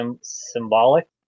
symbolic